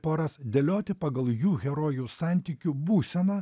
poras dėlioti pagal jų herojų santykių būseną